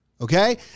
okay